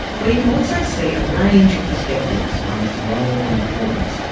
where you can also see a range of perspectives on its role and importance.